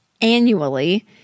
Annually